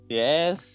yes